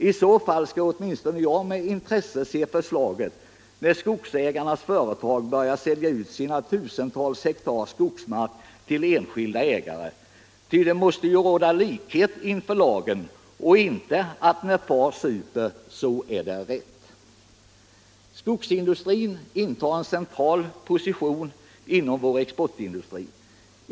I så fall skall åtminstone jag med intresse se när skogsägarnas företag börjar sälja ut sina tusentals hektar skogsmark till enskilda ägare. Det måste ju råda likhet inför lagen och inte någon regel som att när far super så är det rätt. Skogsindustrin intar en central position inom vår exportindustri.